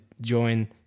join